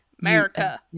America